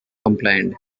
complained